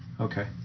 Okay